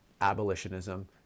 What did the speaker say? abolitionism